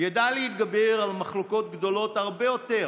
ידע להתגבר על מחלוקות גדולות הרבה יותר,